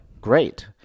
Great